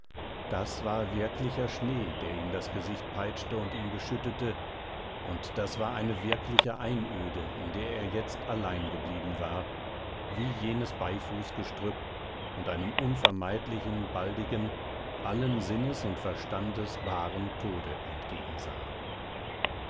das war wirklicher schnee der ihm das gesicht peitschte und ihn beschüttete und das war eine wirkliche einöde in der er jetzt allein geblieben war wie jenes beifußgestrüpp und einem unvermeidlichen baldigen allen sinnes und verstandes baren tode entgegensah